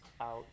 out